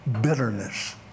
Bitterness